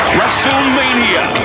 WrestleMania